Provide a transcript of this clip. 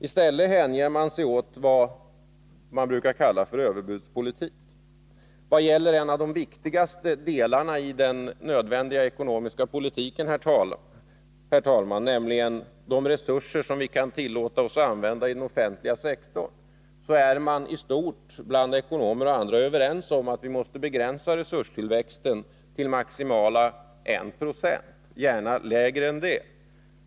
I stället hänger man sig åt vad som brukar kallas överbudspolitik. Herr talman! I fråga om en av de viktigaste delarna i den nödvändiga ekonomiska politiken, nämligen de resurser som vi kan tillåta oss använda i den offentliga sektorn, är man i stort bland våra ekonomer överens om att vi måste begränsa resurstillväxten till maximalt I 26, gärna lägre än det.